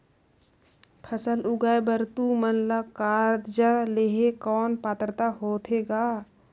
फसल उगाय बर तू मन ला कर्जा लेहे कौन पात्रता होथे ग?